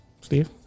Steve